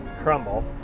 crumble